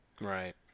right